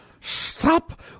Stop